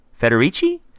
federici